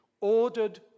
ordered